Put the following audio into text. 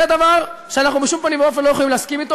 זה דבר שאנחנו בשום פנים ואופן לא יכולים להסכים אתו.